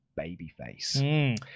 babyface